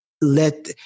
let